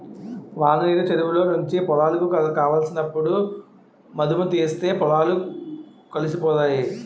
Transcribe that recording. వాననీరు చెరువులో నుంచి పొలాలకు కావలసినప్పుడు మధుముతీస్తే పొలాలు కలిసిపోతాయి